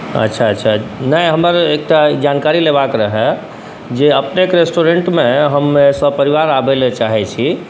अच्छा अच्छा नहि हमरा एकटा जानकारी लेबाके रहै जे अपनेके रेस्टोरेन्टमे हम सपरिवार आबैलए चाहै छी